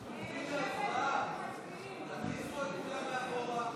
תוצאות ההצבעה: בעד,